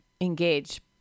engage